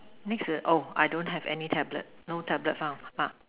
next to the oh I don't have any tablet no tablet found ah